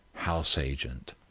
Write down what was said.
house-agent.